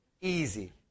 Easy